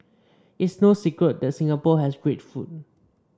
it's no secret that Singapore has great food